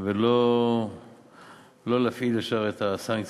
ולא להפעיל ישר את הסנקציה.